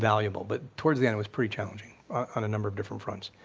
invaluable, but towards the end it was pretty challenging on a number of different fronts.